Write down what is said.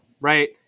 right